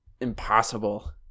impossible